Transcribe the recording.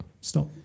stop